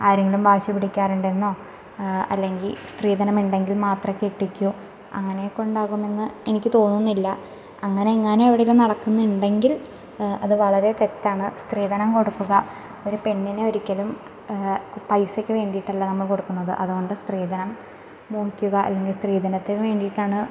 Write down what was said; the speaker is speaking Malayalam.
ആരെങ്കിലും വാശി പിടിക്കാറുണ്ടെന്നോ അല്ലെങ്കിൽ സ്ത്രീധനമിണ്ടെങ്കില് മാത്രമേ കെട്ടിക്കൂ അങ്ങനെയൊക്കെ ഉണ്ടാകുമെന്ന് എനിക്ക് തോന്നുന്നില്ല അങ്ങനെയെങ്ങാനും എവിടെയേലും നടക്കുന്നുണ്ടെങ്കില് അത് വളരെ തെറ്റാണ് സ്ത്രീധനം കൊടുക്കുക ഒരു പെണ്ണിനെ ഒരിക്കലും പൈസക്ക് വേണ്ടീട്ടല്ല നമ്മൾ കൊടുക്കുന്നത് അതുകൊണ്ട് സ്ത്രീധനം മോഹിക്കുക അല്ലെങ്കില് സ്ത്രീധനത്തിന് വേണ്ടീട്ടാണ്